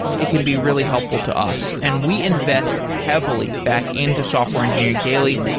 it can be really helpful to us and we invest heavily back into software engineering daily.